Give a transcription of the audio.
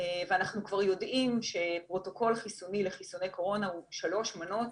אנחנו כבר יודעים שפרוטוקול חיסוני לחיסוני קורונה הוא שלוש מנות: